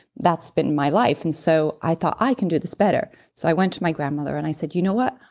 that's been my life, and so i thought, i can do this better. so i went to my grandmother and i said you know what?